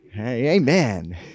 Amen